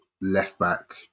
left-back